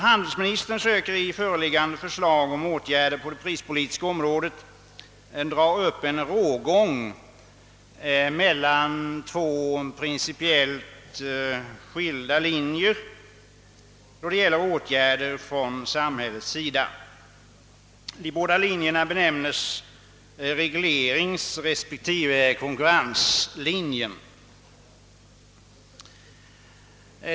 Handelsministern försöker i föreliggande förslag till åtgärder på det prispolitiska området dra upp en rågång mellan två principiellt skilda linjer då det gäller åtgärder från samhällets sida. De båda linjerna benämns regleringsrespektive konkurrenslinjen.